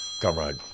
comrade